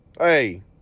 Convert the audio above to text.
hey